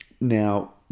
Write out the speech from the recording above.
Now